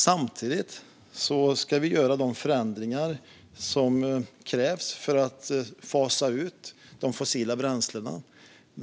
Samtidigt ska vi göra de förändringar som krävs för att fasa ut de fossila bränslena.